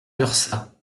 lurçat